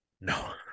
no